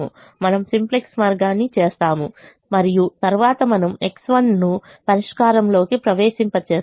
మనము సింప్లెక్స్ మార్గాన్ని చేస్తాము మరియు తరువాత మనము X1 ను పరిష్కారంలోకి ప్రవేశింపచేస్తాము